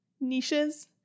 niches